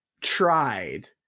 tried